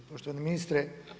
Poštovani ministra.